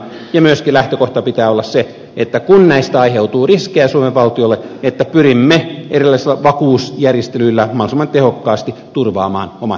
ja myöskin lähtökohtana pitää olla se että kun näistä aiheutuu riskejä suomen valtiolle pyrimme erilaisilla vakuusjärjestelyillä mahdollisimman tehokkaasti turvaamaan omat riskimme